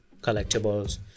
collectibles